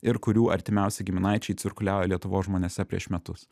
ir kurių artimiausi giminaičiai cirkuliavo lietuvos žmonėse prieš metus